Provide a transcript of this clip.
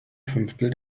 fünftel